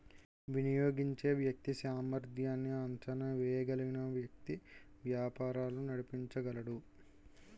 వినియోగించే వ్యక్తి సామర్ధ్యాన్ని అంచనా వేయగలిగిన వ్యక్తి వ్యాపారాలు నడిపించగలడు